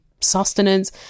sustenance